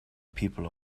people